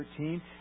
13